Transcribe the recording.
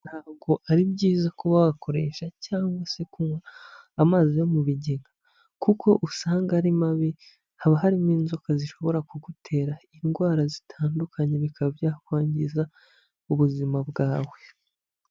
Ntago ari byiza kuba wakoresha cyangwa se kunywa amazi yo mu bigega, kuko usanga ari mabi haba harimo inzoka zishobora kugutera indwara zitandukanye bikaba byakwangiza ubuzima bwawe,